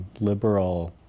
liberal